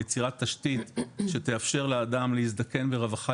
יצירת תשתית שתאפשר לאדם להזדקן ברווחה